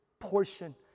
portion